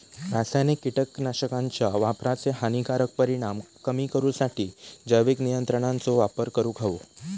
रासायनिक कीटकनाशकांच्या वापराचे हानिकारक परिणाम कमी करूसाठी जैविक नियंत्रणांचो वापर करूंक हवो